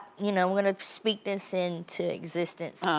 you know i'm gonna speak this into existence,